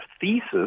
thesis